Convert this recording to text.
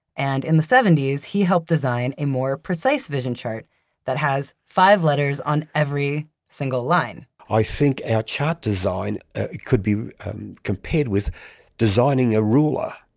and in the seventy s, he helped design a more precise vision chart that has five letters on every single line i think our chart design could be compared with designing a ruler.